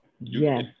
Yes